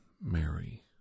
Mary